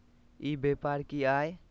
ई व्यापार की हाय?